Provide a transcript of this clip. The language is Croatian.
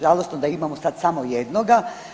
Žalosno je da imamo sad samo jednoga.